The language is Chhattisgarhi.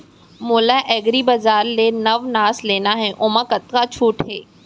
मोला एग्रीबजार ले नवनास लेना हे ओमा कतका छूट हे?